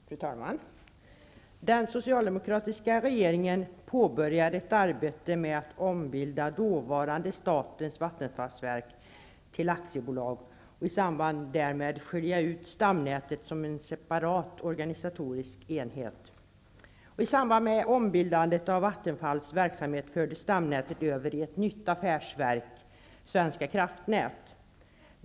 Fru talman! Den socialdemokratiska regeringen påbörjade ett arbete med att ombilda dåvarande statens vattenfallsverk till aktiebolag och i samband därmed skiljde man ut stamnätet som en separat organisatorisk enhet. Vid ombildandet av Vattenfalls verksamhet fördes stamnätet över till ett nytt affärsverk, Svenska kraftnät.